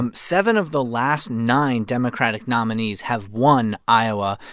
um seven of the last nine democratic nominees have won iowa.